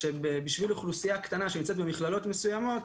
שבשביל אוכלוסייה קטנה שנמצאת במכללות מסוימות,